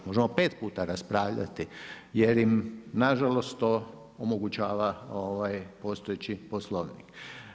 Možemo 5 puta raspravljati jer im nažalost to, omogućava ovaj postojeći Poslovnik.